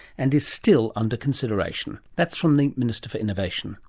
and is still under consideration. that's from the minister for innovation